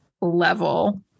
level